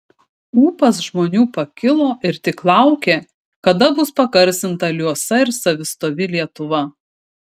ūpas žmonių pakilo ir tik laukė kada bus pagarsinta liuosa ir savistovi lietuva